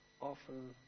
often